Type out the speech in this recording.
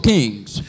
Kings